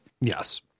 Yes